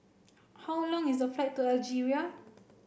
how long is the flight to Algeria